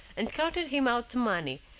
and counted him out the money,